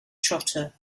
trotter